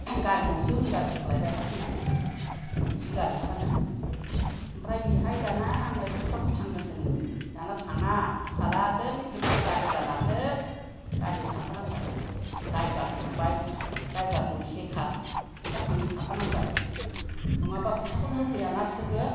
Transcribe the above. गारि गंसे उयिंगार बख'लायबाय हा फाननानै बिघानै हा फाननानै आमफ्राय बिहाय दाना आंलाय फिफाखौ थांगोनसो नंदों दाना थाङा फिसालायासो मेट्रिक फास जागोदानासो गारियाव थाफा नांबाय दाइबार हमबाय दाइबारजों सेकार फैसा खांनो थाफानांबाय नङाबा फैसाखौनो होफैयाना बिसोरो